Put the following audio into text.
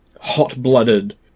hot-blooded